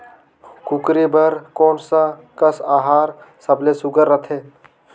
कूकरी बर कोन कस आहार सबले सुघ्घर रथे?